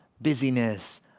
busyness